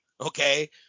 okay